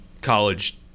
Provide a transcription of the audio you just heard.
college